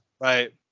Right